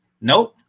Nope